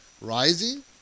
rising